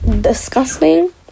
disgusting